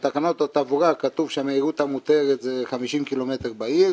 בתקנות התעבורה כתוב שהמהירות המותרת זה 50 ק"מ בעיר